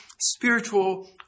spiritual